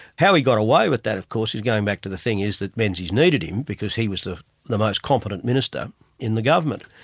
how he got away with that of course, is going back to the thing is that menzies needed him, because he was the the most competent minister in the government.